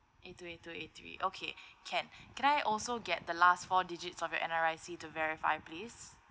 eight two eight two eight three okay can can I also get the last four digits of your N_R_I_C to verify please